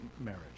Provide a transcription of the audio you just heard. marriage